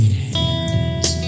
hands